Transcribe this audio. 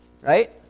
right